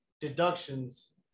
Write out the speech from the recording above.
deductions